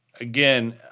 again